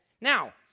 Now